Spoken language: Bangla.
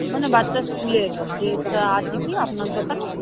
মানে বাচ্চার স্কুলের ড্রেস আছে কি আপনার দোকানে